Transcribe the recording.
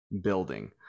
building